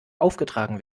aufgetragen